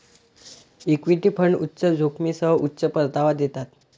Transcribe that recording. equity fund उच्च जोखमीसह उच्च परतावा देतात